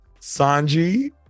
Sanji